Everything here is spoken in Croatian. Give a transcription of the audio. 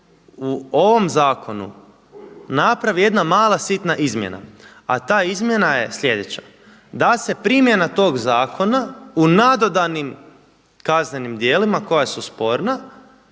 u ovom zakonu napravi jedna mala, sitna izmjena, a ta izmjena je sljedeća: da se primjena tog zakona o nadodanim kaznenim djelima koja su sporna